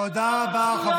תודה רבה, חבר